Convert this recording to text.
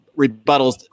rebuttals